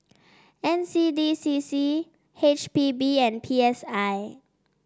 N C D C C H P B and P S I